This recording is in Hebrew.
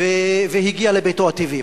והגיע לביתו הטבעי.